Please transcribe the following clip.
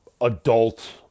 adult